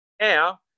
now